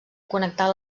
connectar